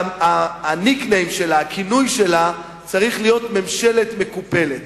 ואמרתי שהכינוי שלה צריך להיות "ממשלת מקופלת".